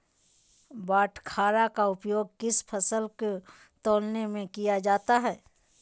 बाटखरा का उपयोग किस फसल को तौलने में किया जाता है?